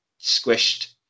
squished